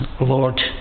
Lord